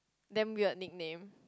damn weird nickname